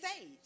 age